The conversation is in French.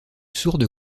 sourde